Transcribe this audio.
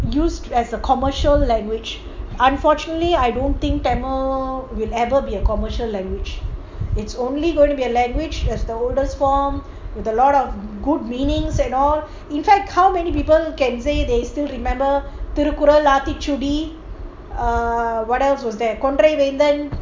used as a commercial language unfortunately I don't think tamil will ever be a commercial language it's only going to be a language that's the oldest form with a lot of good meanings at all in fact how many people can say they still remember திருக்குறள்ஆத்திச்சூடி:thirukural aathichudi ugh what else was there கொன்றைவேந்தன்:konrai vendhan